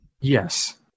Yes